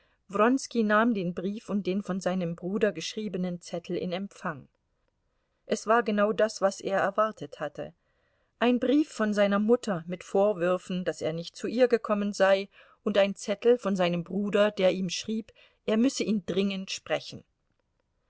nahm den brief und den von seinem brüder geschriebenen zettel in empfang es war genau das was er erwartet hatte ein brief von seiner mutter mit vorwürfen daß er nicht zu ihr gekommen sei und ein zettel von seinem bruder der ihm schrieb er müsse ihn dringend sprechen